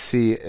See